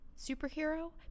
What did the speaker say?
superhero